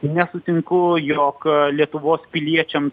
nesutinku jog lietuvos piliečiams